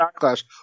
backlash